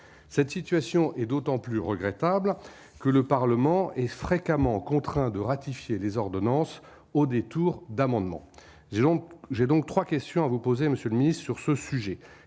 cette situation est d'autant plus regrettable que le Parlement est fréquemment contraint de ratifier les ordonnances, au détour d'amendements, disons, j'ai donc 3 questions à vous poser monsieur mise sur ce sujet